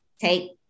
take